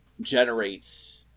generates